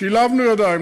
שילבנו ידיים,